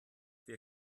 wir